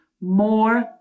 more